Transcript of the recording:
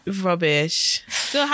Rubbish